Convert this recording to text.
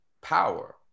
power